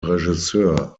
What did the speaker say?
regisseur